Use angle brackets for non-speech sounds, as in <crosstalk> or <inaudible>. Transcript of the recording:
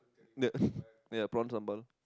the <laughs> ya Prawn sambal